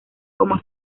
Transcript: como